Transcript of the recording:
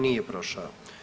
Nije prošao.